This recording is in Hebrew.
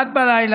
01:00,